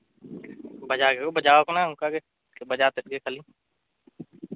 ᱵᱟᱡᱟᱣ ᱜᱮᱠᱚ ᱵᱟᱡᱟᱣ ᱠᱟᱱᱟ ᱚᱱᱠᱟᱜᱮ ᱵᱟᱡᱟᱣ ᱛᱮᱫᱜᱮ ᱠᱷᱟᱹᱞᱤ